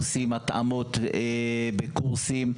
עושים התאמות בקורסים,